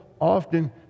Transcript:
often